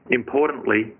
importantly